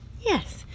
Yes